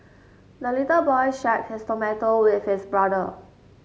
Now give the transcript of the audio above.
the little boy shared his tomato with his brother